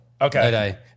Okay